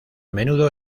menudo